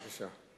בבקשה.